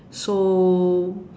so